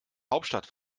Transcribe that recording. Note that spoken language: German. hauptstadt